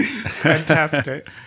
Fantastic